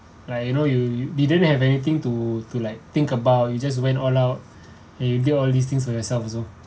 like you know you didn't have anything to to like think about you just went all out you did all these things for yourself also